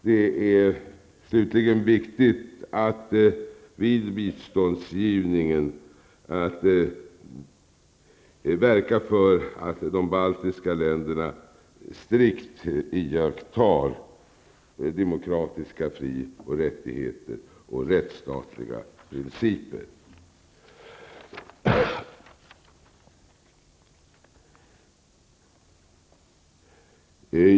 Det är slutligen viktigt att regeringen vid biståndsgivningen verkar för att de baltiska länderna strikt iakttar demokratiska fri och rättigheter och rättsstatliga principer.